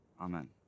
Amen